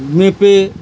মেপে